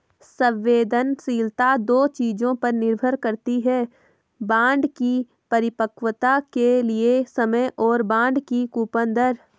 संवेदनशीलता दो चीजों पर निर्भर करती है बॉन्ड की परिपक्वता के लिए समय और बॉन्ड की कूपन दर